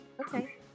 okay